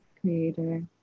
creator